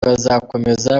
bazakomeza